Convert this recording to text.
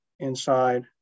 Inside